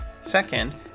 Second